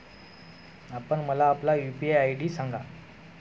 आपण मला आपला यू.पी.आय आय.डी सांगा